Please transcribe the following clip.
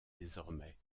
désormais